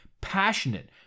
Passionate